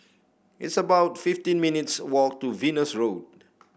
it's about fifteen minutes' walk to Venus Road